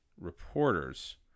reporters